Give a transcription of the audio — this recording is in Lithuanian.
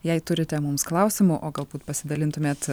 jei turite mums klausimų o galbūt pasidalintumėt